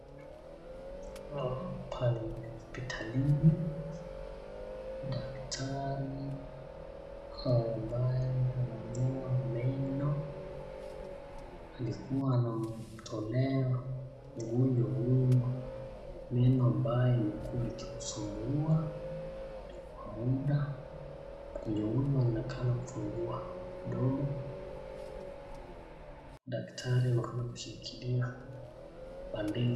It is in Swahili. Hapa ni hospitalini, daktari ambaye anamngoa meno, alikuwa anamtolea mgonjwa huyu meno mbaya kilichomsumbua muda, kwenye uso huonekana kufungua mdomo, daktari anashikilia bandeji.